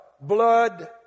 blood